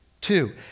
Two